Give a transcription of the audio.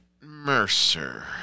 Mercer